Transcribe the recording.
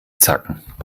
zacken